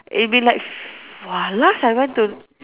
it'll be like f~ !wah! last I went to